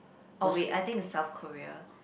orh wait I think is South Korea